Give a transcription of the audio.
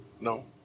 No